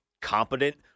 competent